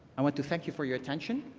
i want to thank you for your attention.